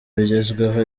bigezweho